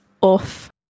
off